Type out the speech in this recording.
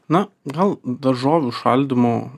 na gal daržovių šaldymu